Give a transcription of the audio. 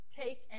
Take